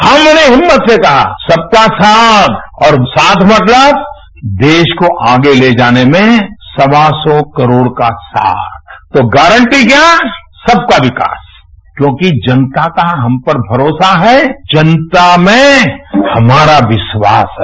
हमने हिम्मत से कहा सबका साथ और साथ मतलब देश को आगे ले जाने में सवा सौ करोड़ का साथ तो गांरटी क्या सबका विकास क्यों कि जनता का हम पर भरोसा है जनता में हमारा विश्वास है